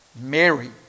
Mary